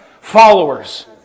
followers